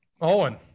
Owen